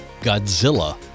Godzilla